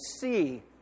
see